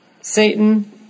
Satan